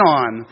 on